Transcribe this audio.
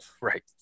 Right